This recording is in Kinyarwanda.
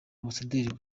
ambasaderi